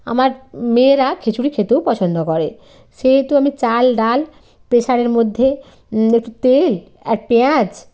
আমার মেয়েরা খিচুড়ি খেতেও পছন্দ করে সেহেতু আমি চাল ডাল প্রেশারের মধ্যে একটু তেল আর পেঁয়াজ